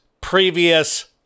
previous